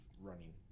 running